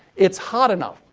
it's hot enough,